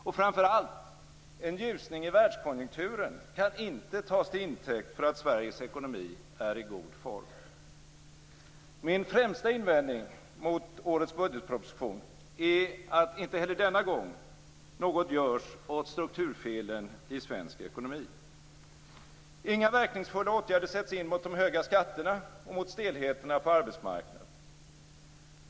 Och framför allt: En ljusning i världskonjunkturen kan inte tas till intäkt för att Sveriges ekonomi är i god form. Min främsta invändning mot årets budgetproposition är att inte heller denna gång något görs åt strukturfelen i svensk ekonomi. Inga verkningsfulla åtgärder sätts in mot de höga skatterna och mot stelheterna på arbetsmarknaden.